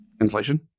Inflation